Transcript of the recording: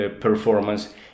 performance